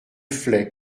fleix